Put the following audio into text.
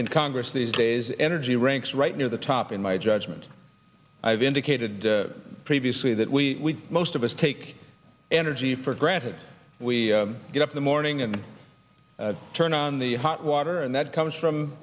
in congress these days energy ranks right near the top in my judgment i've indicated previously that we most of us take energy for granted we get up the morning and turn on the hot water and that comes from